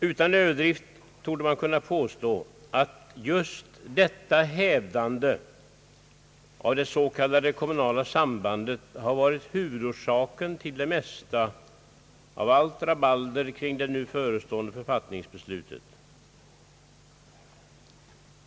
Utan överdrift torde man kunna påstå att just detta hävdande av det s.k. kommunala sambandet har varit huvudorsaken till det mesta av allt rabalder kring det nu förestående författningsbeslutet.